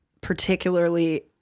particularly